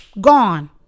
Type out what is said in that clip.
gone